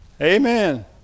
Amen